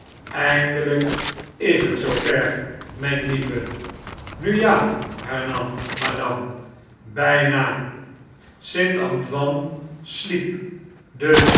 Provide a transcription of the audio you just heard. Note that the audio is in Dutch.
aeindelgk is het zoover mijne lieve nu ja hernam madame bpa st a n t o i n e sliep de